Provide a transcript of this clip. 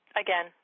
Again